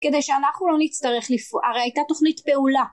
כדי שאנחנו לא נצטרך לפ... הרי הייתה תוכנית פעולה